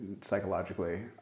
psychologically